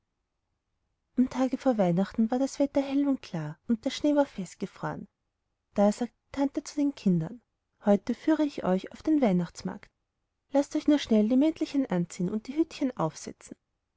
tage vor weihnachten war das wetter hell und klar und der schnee war festgefroren da sagte die tante zu den kindern heute führe ich euch auf den weihnachtsmarkt laßt euch nur schnell die mäntelchen anziehen und die hütchen aufsetzen